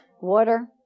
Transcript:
Water